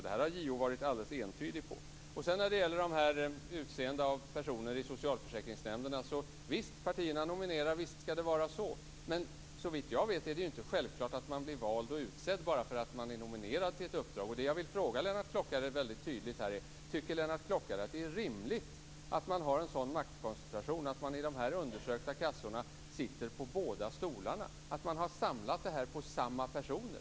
Om detta har JO varit alldeles entydig. När det sedan gäller utseende av personer i socialförsäkringsnämnderna är det partierna som nominerar, och visst skall det vara så. Men såvitt jag vet är det ju inte självklart att man blir vald och utsedd bara för att man är nominerad till ett uppdrag. Här vill jag ställa en tydlig fråga till Lennart Klockare: Tycker Lennart Klockare att det är rimligt att ha en sådan maktkoncentration att man, som i de undersökta kassorna, sitter på båda stolarna, att uppdragen har samlats till samma personer?